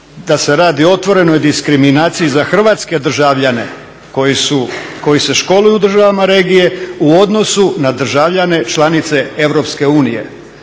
da se radi o otvorenoj diskriminaciji za hrvatske državljane koji se školuju u državama regije u odnosu na državljane članice EU.